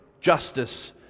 Justice